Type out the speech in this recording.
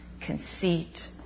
conceit